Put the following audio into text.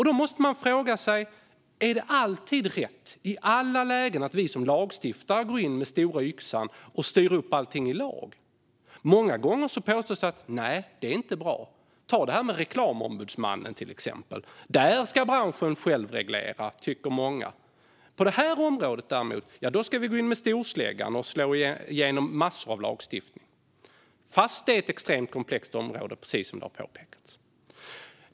Då måste man fråga sig: Är det alltid i alla lägen rätt att vi som lagstiftare går in med stora yxan och styr upp allting i lag? Många gånger påstås att det inte är bra. Ta till exempel detta med Reklamombudsmannen. Där ska branschen själv reglera, tycker många. På det här området däremot ska vi gå in med storsläggan och slå igenom massor av lagstiftning fast det är ett extremt komplext område, precis som det har påpekats.